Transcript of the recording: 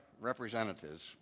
representatives